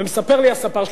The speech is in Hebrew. ומספר לי הספר שלי,